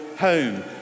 home